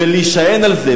ולהישען על זה,